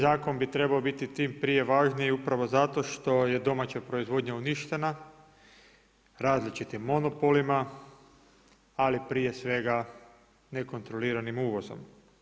Ovaj zakon bi trebao biti tim prije važniji upravo zato što je domaća proizvodnja uništena različitim monopolima, ali prije svega nekontroliranim uvozom.